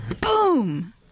boom